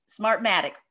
Smartmatic